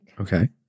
Okay